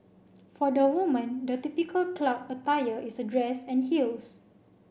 for the woman the typical club attire is a dress and heels